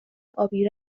ابی